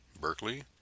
Berkeley